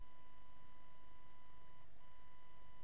אני